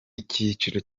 icyiciro